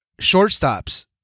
shortstops